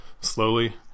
slowly